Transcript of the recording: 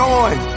on